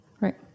Right